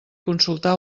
consultar